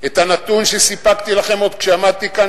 את הנתון שסיפקתי לכם עוד כשעמדתי כאן